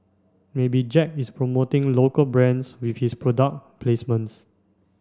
maybe Jack is promoting local brands with his product placements